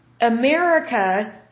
America